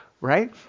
right